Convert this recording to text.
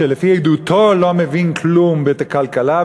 שלפי עדותו לא מבין כלום בכלכלה,